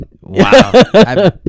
Wow